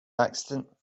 accident